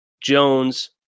Jones